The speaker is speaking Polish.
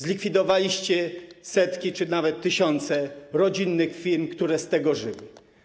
Zlikwidowaliście setki czy nawet tysiące rodzinnych firm, które z tego żyły.